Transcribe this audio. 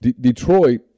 Detroit